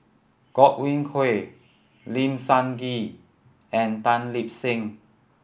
Godwin Koay Lim Sun Gee and Tan Lip Seng